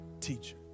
teacher